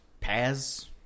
Paz